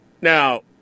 Now